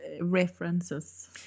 references